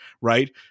Right